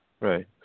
Right